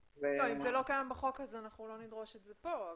אם זה לא קיים בחוק, אנחנו לא נדרוש את זה כאן.